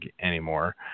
anymore